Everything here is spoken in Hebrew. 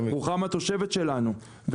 רוחמה תושבת שלנו,